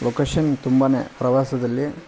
location ತುಂಬ ಪ್ರವಾಸದಲ್ಲಿ